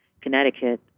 Connecticut